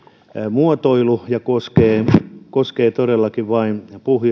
muotoilu ja koskee koskee todellakin vain